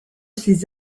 ses